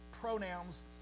pronouns